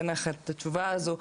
אין לכם את התשובה הזו,